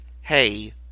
hey